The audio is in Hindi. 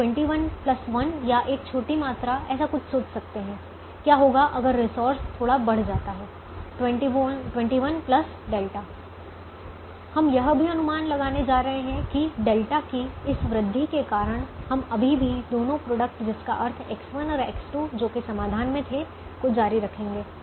आप 211 या एक छोटी मात्रा ऐसा कुछ सोच सकते हैं क्या होगा अगर रिसोर्स थोड़ा बढ़ जाता है 21 ઠ हम यह भी अनुमान लगाने जा रहे हैं कि ઠ की इस वृद्धि के कारण हम अभी भी दोनों प्रोडक्ट जिसका अर्थ है X1 और X2 जो कि समाधान में थे को जारी रखेंगे